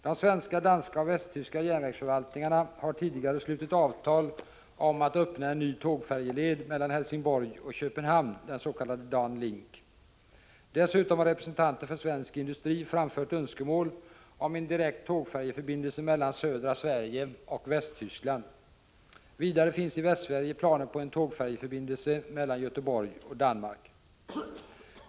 De svenska, danska och västtyska järnvägsförvaltningarna har tidigare slutit avtal om att öppna en ny tågfärjeled mellan Helsingborg och Köpenhamn, den s.k. Dan Link. Dessutom har representanter för svensk industri framfört önskemål om en direkt tågfärjeförbindelse mellan södra Sverige och Västtyskland. Vidare finns i Västsverige planer på en tågfärjeförbindelse mellan Göteborg och Danmark.